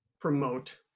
promote